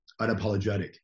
unapologetic